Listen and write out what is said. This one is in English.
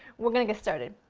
we're going to get started.